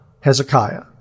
Hezekiah